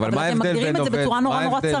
אתם מגדירים את זה בצורה נורא צרה,